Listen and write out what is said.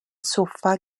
soffa